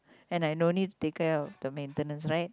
and I no need to taken out the maintenance right